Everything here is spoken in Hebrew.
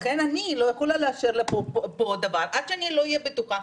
לכן אני לא יכולה לאשר פה דבר עד שלא אהיה בטוחה.